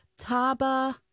taba